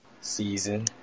season